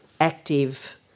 active